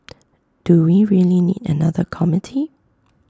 do we really need another committee